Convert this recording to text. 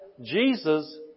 Jesus